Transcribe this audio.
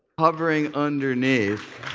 hovering underneath,